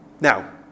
Now